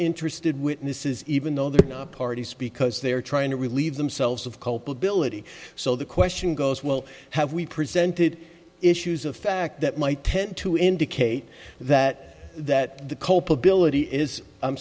interested witnesses even though the parties because they are trying to relieve themselves of culpability so the question goes well have we presented issues of fact that might tend to indicate that that the culpability is i'm